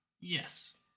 Yes